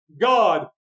God